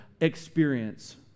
experience